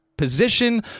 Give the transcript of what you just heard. position